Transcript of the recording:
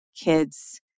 kids